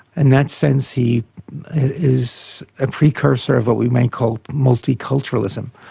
and that sense he is a precursor of what we may call multiculturalism.